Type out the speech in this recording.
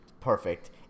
perfect